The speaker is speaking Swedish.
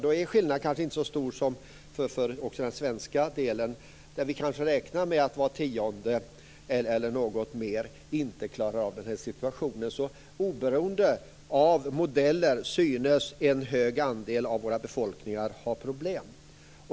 Då är skillnaden mot Sverige kanske inte så stor. Vi räknar med att kanske var tionde eller en något högre andel inte klarar alkoholen. Oberoende av modeller synes alltså en stor andel av våra befolkningar ha problem.